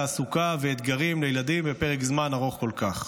תעסוקה ואתגרים לילדים בפרק זמן ארוך כל כך,